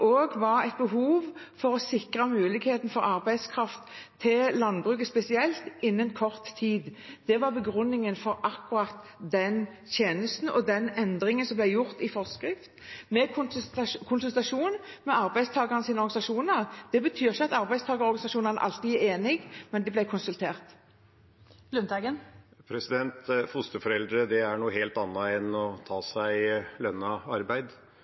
og den endringen som ble gjort i forskrift, i konsultasjon med arbeidstakernes organisasjoner. Det betyr ikke at arbeidstakerorganisasjonene alltid er enige, men de ble konsultert. Å være fosterforeldre er noe helt annet enn å ta seg lønnet arbeid.